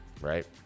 right